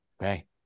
okay